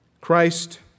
Christ